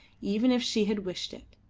even if she had wished it.